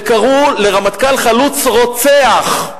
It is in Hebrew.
וקראו לרמטכ"ל חלוץ "רוצח".